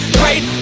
great